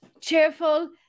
cheerful